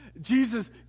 jesus